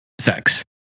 sex